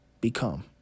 become